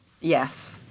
yes